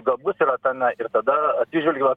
gabus yra tame ir tada atsižvelgiama